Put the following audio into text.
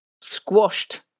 squashed